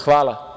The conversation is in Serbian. Hvala.